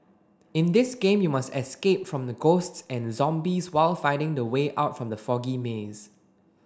in this game you must escape from the ghosts and the zombies while finding the way out from the foggy maze